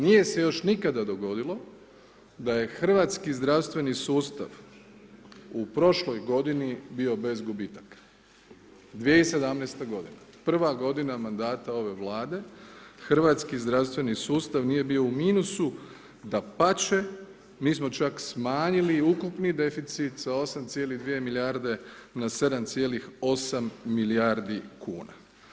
Nije se još nikada dogodilo da je hrvatski zdravstveni sustav u prošloj godini bio bez gubitaka, 2017. g., prva godina mandata ove Vlade, hrvatski zdravstveni sustav nije bio u minusu, dapače, mi smo čak smanjili ukupni deficit sa 8,2 milijarde na 7,8 milijardi kuna.